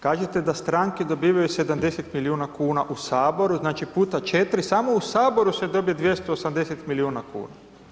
Kažete da stranke dobivaju 70 milijuna kuna u Saboru, znači x4, samo u Saboru se dobije 280 milijuna kuna.